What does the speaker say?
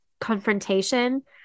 confrontation